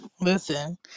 Listen